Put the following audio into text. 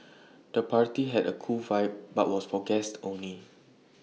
the party had A cool vibe but was for guests only